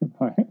right